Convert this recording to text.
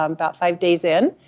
um about five days in,